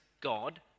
God